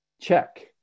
check